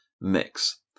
mix